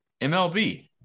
MLB